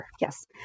Yes